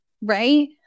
right